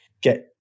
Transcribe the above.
get